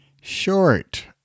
short